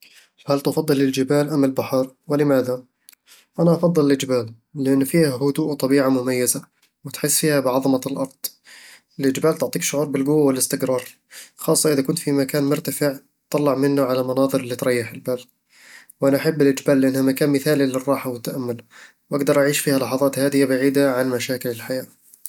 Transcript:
هل تفضل الجبال أم البحر، ولماذا؟ أنا أفضل الجبال، لأن فيها هدوء وطبيعة مميزة، وتحس فيها بعظمة الأرض الجبال تعطيك شعور بالقوة والاستقرار، خاصة إذا كنت في مكان مرتفع تطلع منه على المناظر اللي تريح البال وأنا أحب الجبال لأنها مكان مثالي للراحة والتأمل، وأقدر أعيش فيها لحظات هادية بعيد عن مشاكل الحياة